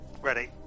ready